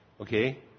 Okay